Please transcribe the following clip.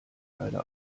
leider